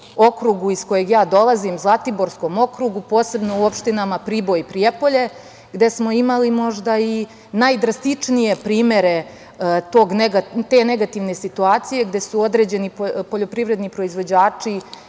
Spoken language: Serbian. iz kojeg ja dolazim, Zlatiborskom okrugu, posebno u opštinama Priboj i Prijepolje, gde smo imali možda i najdrastičnije primere te negativne situacije gde su određeni poljoprivredni proizvođači